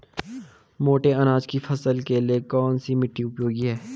मोटे अनाज की फसल के लिए कौन सी मिट्टी उपयोगी है?